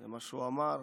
זה מה שהוא אמר.